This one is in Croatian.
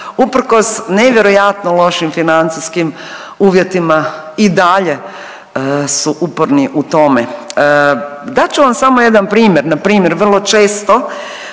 uprkos nevjerojatno lošim financijskim uvjetima i dalje su uporni u tome. Dat ću vam samo jedan primjer. Na primjer vrlo često